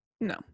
No